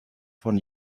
von